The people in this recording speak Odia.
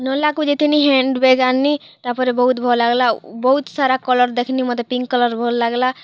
ନର୍ଲାକୁ ଯାଇଥିଲି ହ୍ୟାଣ୍ଡ୍ ବ୍ୟାଗ୍ ଆଣ୍ଲି ତା'ପରେ ବହୁତ୍ ଭଲ୍ ଲାଗ୍ଲା ବହୁତ୍ସାରା କଲର୍ ଦେଖ୍ଲି ପିଙ୍କ୍ କଲର୍ ଭଲ୍ ଲାଗ୍ଲା